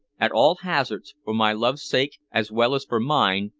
at all hazards, for my love's sake as well as for mine,